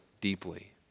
deeply